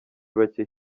bake